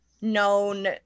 known